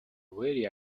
very